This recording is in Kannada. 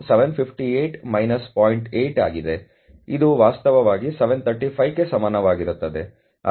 8 ಆಗಿದೆ ಇದು ವಾಸ್ತವವಾಗಿ 735 ಕ್ಕೆ ಸಮಾನವಾಗಿರುತ್ತದೆ